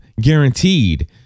guaranteed